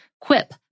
Quip